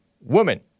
woman